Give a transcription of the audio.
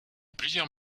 plusieurs